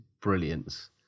brilliance